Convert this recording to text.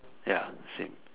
ya same